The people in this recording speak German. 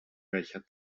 welcher